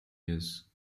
use